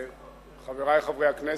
תודה, חברי חברי הכנסת,